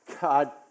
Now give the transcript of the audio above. God